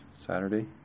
Saturday